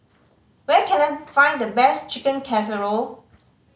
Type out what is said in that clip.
where can I find the best Chicken Casserole